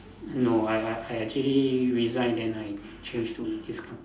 no I I I actually resign and I change to this company